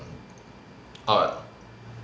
art